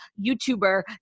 YouTuber